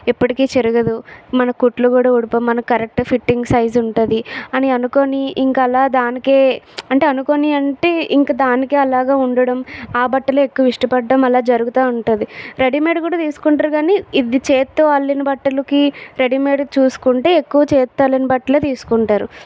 ఎప్పటికి చెరగదు మన కుట్లు కూడా ఉడిపోవు మనకి కరెక్ట్ ఫిట్టింగ్ సైజ్ ఉంటుంది అని అనుకుని ఇంకా అలా దానికి అంటే అనుకుని అంటే ఇంకా దానికి అలాగే ఉండడం ఆ బట్టలే ఎక్కువ ఇష్టపడ్డం అలా జరుగుతు ఉంటుంది రెడీమేడ్ కూడా తీసుకుంటారు కానీ ఇవి చేతితో అల్లిన బట్టలకి రెడీమేడ్కి చూసుకుంటే ఎక్కువ చేతితో అల్లిన బట్టలు తీసుకుంటారు